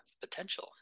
potential